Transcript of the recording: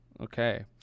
Okay